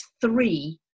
three